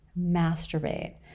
Masturbate